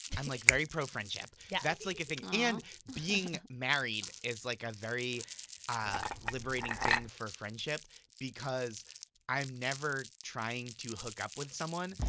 i'm like very pro-friendship. yeah that's like a thing. and being married is like a very liberating thing for friendship because i'm never trying to hook up with someone,